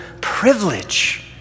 privilege